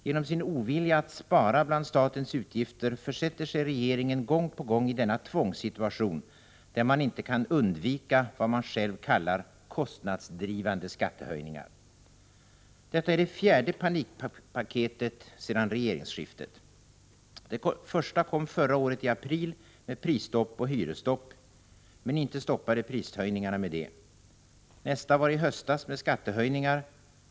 Genom sin ovilja att spara bland statens utgifter försätter sig regeringen gång på gång i denna tvångssituation, där man inte kan undvika vad man själv kallar ”kostnadsdrivande skattehöjningar”. Detta är det fjärde panikpaketet sedan regeringsskiftet. Det första kom förra året i april med prisstopp och hyresstopp. Men inte stoppade man prishöjningarna med det! Nästa kom i höstas med skattehöjningar.